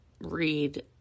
read